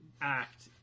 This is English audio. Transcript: act